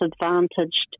disadvantaged